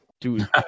Dude